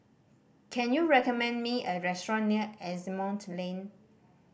can you recommend me a restaurant near Asimont Lane